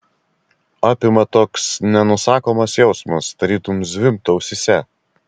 apima toks nenusakomas jausmas tarytum zvimbtų ausyse